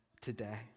today